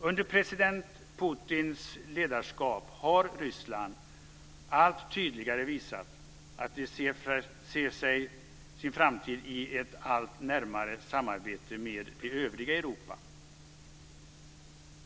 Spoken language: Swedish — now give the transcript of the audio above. Under president Putins ledarskap har Ryssland allt tydligare visat att det ser sin framtid i ett allt närmare samarbete med det övriga Europa.